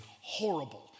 horrible